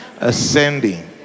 ascending